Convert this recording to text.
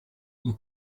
you